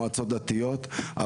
מועצות דתיות,